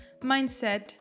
mindset